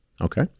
Okay